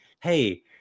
Hey